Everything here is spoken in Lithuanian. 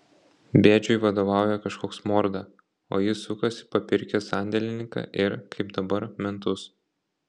bėdžiui vadovauja kažkoks morda o jis sukasi papirkęs sandėlininką ir kaip dabar mentus